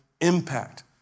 impact